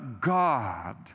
God